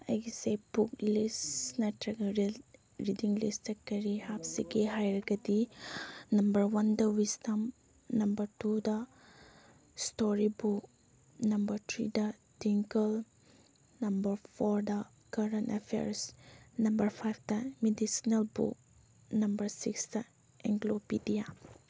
ꯑꯩꯒꯤꯁꯤ book list ꯅꯠꯇ꯭ꯔꯒ reading ꯂꯤꯁꯇ ꯀꯔꯤ ꯍꯥꯞꯁꯤꯒꯦ ꯍꯥꯏꯔꯒꯗꯤ ꯅꯝꯕꯔ ꯋꯥꯟꯗ wisdom number two history book number ꯊ꯭ꯔꯤꯗ ꯇꯤꯡꯀꯜ ꯅꯝꯕꯔ ꯐꯣꯔꯗ ꯀꯔꯦꯟ ꯑꯦꯐꯤꯌꯔꯁ ꯅꯝꯕꯔ ꯐꯥꯏꯚꯇ ꯃꯦꯗꯤꯁꯅꯦꯜ ꯕꯨꯛ ꯅꯝꯕꯔ ꯁꯤꯛꯁꯇ ꯑꯦꯟꯀ꯭ꯂꯣꯄꯦꯗꯤꯌꯥ